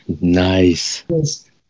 nice